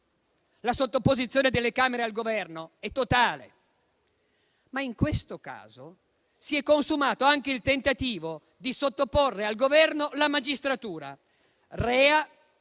La sottoposizione delle Camere al Governo è totale. Ma in questo caso si è consumato anche il tentativo di sottoporre al Governo la magistratura,